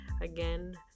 again